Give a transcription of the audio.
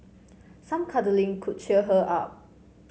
some cuddling could cheer her up